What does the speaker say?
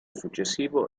successivo